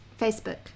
facebook